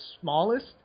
smallest